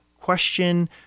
question